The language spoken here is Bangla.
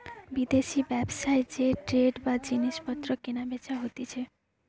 বিদেশি ব্যবসায় যে ট্রেড বা জিনিস পত্র কেনা বেচা হতিছে